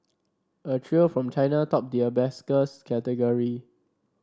a trio from China topped the category